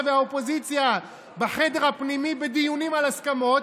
והאופוזיציה בחדר הפנימי בדיונים על הסכמות,